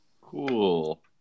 Cool